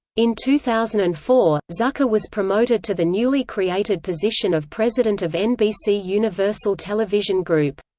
in two thousand and four, zucker was promoted to the newly created position of president of nbc universal television group.